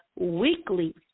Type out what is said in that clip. weekly